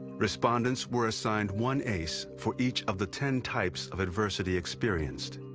respondents were assigned one ace for each of the ten types of adversity experienced.